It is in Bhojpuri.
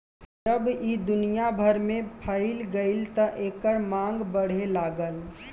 जब ई दुनिया भर में फइल गईल त एकर मांग बढ़े लागल